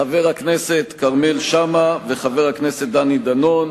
חבר הכנסת כרמל שאמה וחבר הכנסת דני דנון.